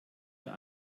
der